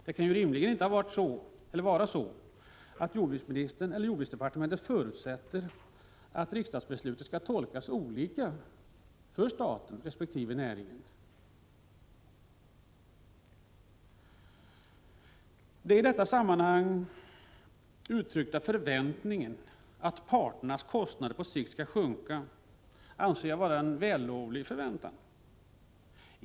Det kan ju rimligen inte vara så att man på jordbruksdepartementet förutsätter att riksdagsbeslutet skall tolkas olika för staten resp. för näringen. Den i detta sammanhang uttryckta förväntningen att parternas kostnader på sikt skall sjunka anser jag vara en vällovlig förväntan.